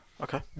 Okay